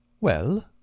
Well